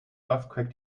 earthquake